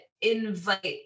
invite